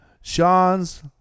Sean's